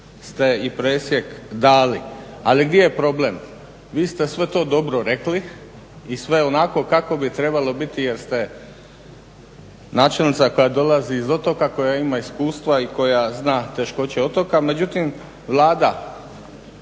ste i presjek dali. Ali gdje je problem? Vi ste sve to dobro rekli i sve onako kako bi trebalo biti jer ste načelnica koja dolazi iz otoka, koja ima iskustva i koja zna teškoće otoka. Međutim, Vlada,